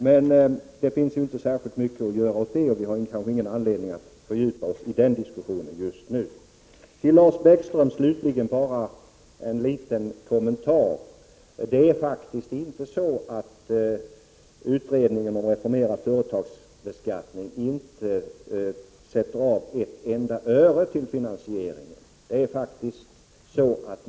Men det finns ju inte mycket att göra åt det, och vi har kanske ingen anledning att fördjupa oss i den diskussionen just nu. Till Lars Bäckström vill jag rikta en liten kommentar: Det är faktiskt inte så att utredningen om reformerad företagsbeskattning inte sätter av ett enda öre till finansieringen.